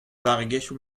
barregezhioù